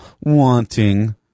wanting